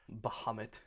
Bahamut